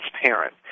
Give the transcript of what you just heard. transparent